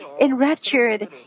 enraptured